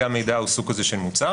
גם מידע הוא סוג כזה של מוצר.